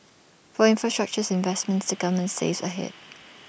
for infrastructure investments the government saves ahead